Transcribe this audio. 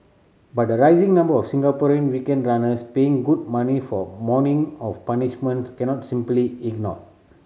but the rising number of Singaporean weekend runners paying good money for a morning of punishment cannot simply ignored